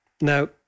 Now